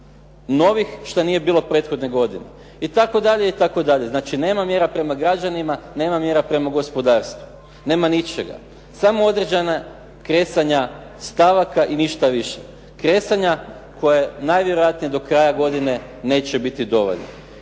novih što nije bilo prethodne godine. Itd., itd.. Znači nema mjera prema građanima, nema mjera prema gospodarstvu. Nema ničega, samo određena kresanja stavaka i ništa više. Kresanja koja najvjerojatnije do kraja godine neće biti dovoljna.